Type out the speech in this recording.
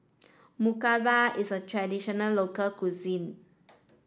Murtabak is a traditional local cuisine